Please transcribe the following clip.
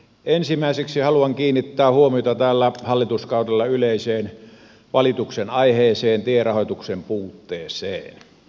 ensimmäiseksi haluan kiinnittää huomiota tällä hallituskaudella yleiseen valituksen aiheeseen tierahoituksen puutteeseen